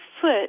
foot